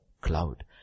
cloud